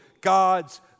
God's